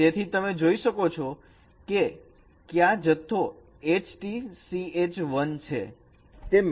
તેથી તમે જોઈ શકો છો કે ક્યાં જથ્થો H T CH 1 છે